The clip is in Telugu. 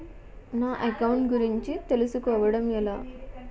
నా అకౌంట్ గురించి తెలుసు కోవడం ఎలా?